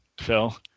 Phil